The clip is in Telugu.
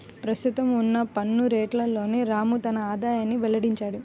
ప్రస్తుతం ఉన్న పన్ను రేట్లలోనే రాము తన ఆదాయాన్ని వెల్లడించాడు